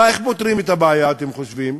איך פותרים את הבעיה, אתם חושבים?